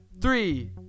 Three